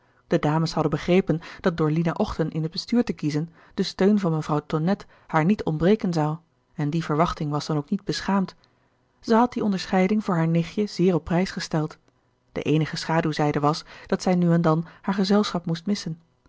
de dames hadden begrepen dat door lina ochten in het bestuur te kiezen de steun van mevrouw tonnette haar niet ontbreken zou en die verwachting was dan ook niet beschaamd zij had die onderscheiding voor haar nichtje zeer op prijs gesteld de eenige schaduwzijde was dat zij nu en dan haar gezelschap moest missen